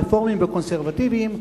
רפורמים וקונסרבטיבים,